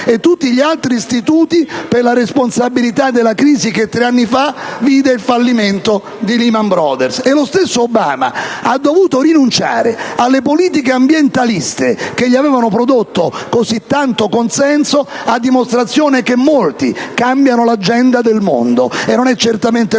e tutti gli altri istituti per la responsabilità della crisi che tre anni fa vide il fallimento di Lehman Brothers. Lo stesso Obama ha dovuto rinunciare alle politiche ambientaliste, che gli avevano prodotto così tanto consenso, a dimostrazione che molti cambiano l'agenda del mondo e non è certamente colpa